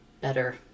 better